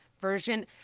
version